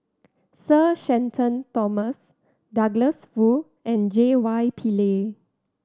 Sir Shenton Thomas Douglas Foo and J Y Pillay